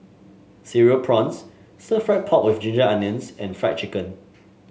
Cereal Prawns Stir Fried Pork with Ginger Onions and Fried Chicken